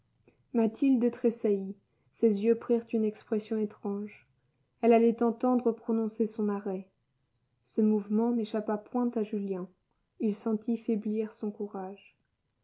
mathilde tressaillit ses yeux prirent une expression étrange elle allait entendre prononcer son arrêt ce mouvement n'échappa point à julien il sentit faiblir son courage